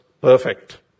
perfect